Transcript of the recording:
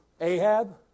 Ahab